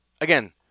again